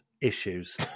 issues